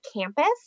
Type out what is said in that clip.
campus